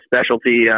specialty